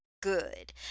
good